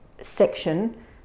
section